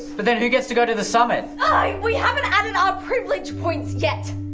but then who gets to go to the summit? ah we haven't added our privilege points yet!